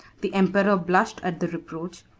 the emperor blushed at the reproach,